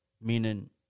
Meaning